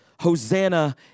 Hosanna